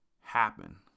happen